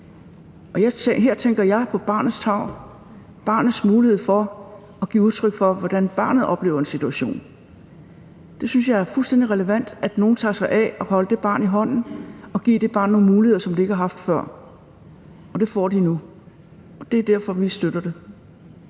her tænker jeg på barnets tarv, barnets muligheder for at give udtryk for, hvordan barnet oplever en situation. Jeg synes, det er fuldstændig relevant, at nogle tager sig af at holde det barn i hånden og give det barn nogle muligheder, som det ikke har haft før – og de muligheder får det nu, og det er derfor, vi støtter